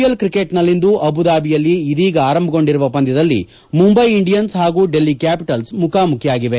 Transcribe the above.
IPL cricket ನಲ್ಲಿಂದು ಅಬುದಾಬಿಯಲ್ಲಿ ಇದೀಗ ಆರಂಭಗೊಂಡಿರುವ ಪಂದ್ಯದಲ್ಲಿ ಮುಂಬೈ ಇಂಡಿಯನ್ಸ ಹಾಗೂ ಡೆಲ್ಲಿ ಕ್ಯಾಪಿಟಲ್ಸ್ ಮುಖಾಮುಖಿಯಾಗಿವೆ